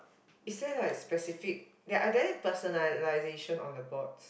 is there like specific ya are there personalisation on the boards